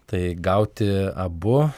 tai gauti abu